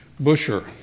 Busher